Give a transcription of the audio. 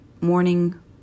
morning